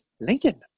Lincoln